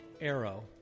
Arrow